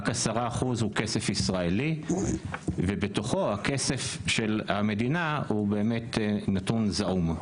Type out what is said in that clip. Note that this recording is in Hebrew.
רק 10% הוא כסף ישראלי ובתוכו הכסף של המדינה הוא באמת נתון זעום.